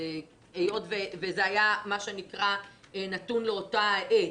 היות וזה היה מה שנקרא נתון לאותה עת,